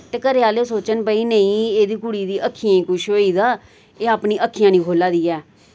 ते घरै आह्ले सोचन भई नेईं एहदी कुड़ी दी अक्खियें कुछ होई गेदा एह् अपनी अक्खियां नि खोलै दी ऐ